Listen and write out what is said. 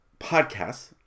podcasts